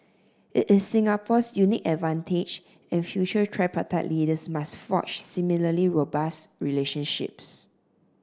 it is Singapore's unique advantage and future tripartite leaders must forge similarly robust relationships